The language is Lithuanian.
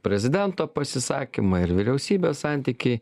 prezidento pasisakymai ir vyriausybės santykiai